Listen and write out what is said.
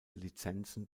lizenzen